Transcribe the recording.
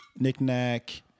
Knick-Knack